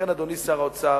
לכן, אדוני שר האוצר,